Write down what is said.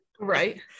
Right